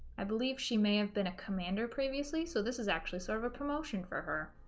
i believe she may have been a commander previously so this is actually sort of a promotion for her